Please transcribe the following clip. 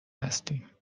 هستیم